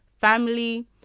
family